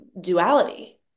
duality